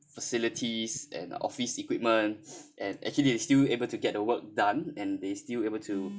facilities and office equipment and actually they still able to get the work done and they still able to